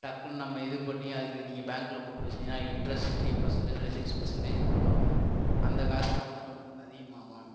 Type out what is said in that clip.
டக்குன்னு நம்ம இது பண்ணி அதுக்கு நீங்கள் பேங்கில் போட்டு வச்சீங்கனா இன்ட்ரஸ்ட் த்ரீ பர்சன்டேஜ் இல்லை சிக்ஸ் பர்சன்டேஜ் தருவாங்க அந்த காசு வந்து நம்மளுக்கு அதிகமாகும்